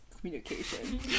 communication